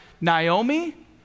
Naomi